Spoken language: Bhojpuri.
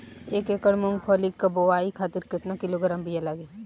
एक एकड़ मूंगफली क बोआई खातिर केतना किलोग्राम बीया लागी?